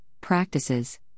practices